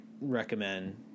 recommend